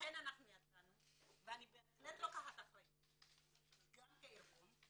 לכן אנחנו יצאנו ואני בהחלט לוקחת אחריות גם כארגון,